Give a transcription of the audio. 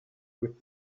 with